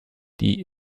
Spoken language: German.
die